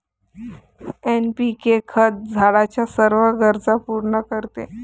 NPK खत झाडाच्या सर्व गरजा पूर्ण करते